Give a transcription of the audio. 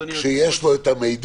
אדוני היושב-ראש --- כשיש לו את המידע,